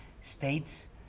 states